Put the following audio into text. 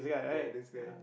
ya this guy